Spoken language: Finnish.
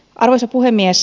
arvoisa puhemies